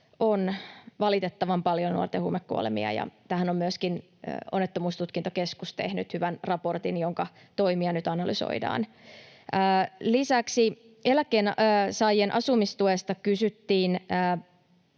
on valitettavan paljon nuorten huumekuolemia, ja tähän on myöskin Onnettomuustutkintakeskus tehnyt hyvän raportin, jonka toimia nyt analysoidaan. Lisäksi eläkkeensaajien asumistuesta kysyttiin.